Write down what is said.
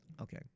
Okay